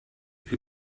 wir